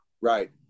Right